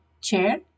Chair